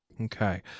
Okay